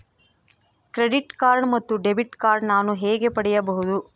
Credit card ಮತ್ತು debit card ನಾನು ಹೇಗೆ ಪಡೆಯಬಹುದು?